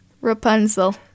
Rapunzel